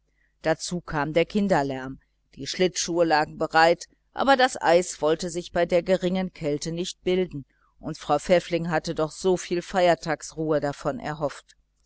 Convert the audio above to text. dazu kam der kinderlärm die schlittschuhe lagen bereit aber das eis wollte sich bei der geringen kälte nicht bilden und frau pfäffling hatte doch so viel feiertagsruhe davon erhofft